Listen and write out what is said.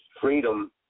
freedom